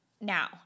Now